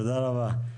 תודה רבה.